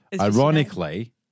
ironically